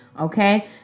Okay